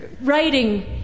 writing